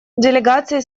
делегации